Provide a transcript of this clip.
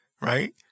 right